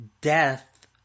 death